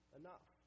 enough